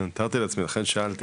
כן, תיארתי לעצמי, לכן שאלתי.